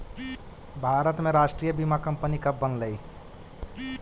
भारत में राष्ट्रीय बीमा कंपनी कब बनलइ?